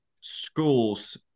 schools